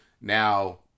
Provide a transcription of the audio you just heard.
Now